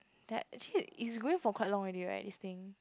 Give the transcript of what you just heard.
that actually it's going for quite long already right this thing